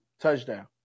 touchdown